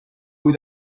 kui